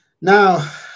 Now